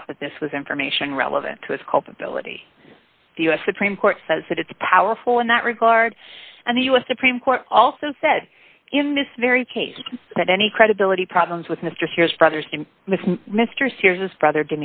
thought that this was information relevant to his culpability the u s supreme court says that it's powerful in that regard and the u s supreme court also said in this very case that any credibility problems with mr sears brothers and mr sears his brother